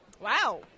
Wow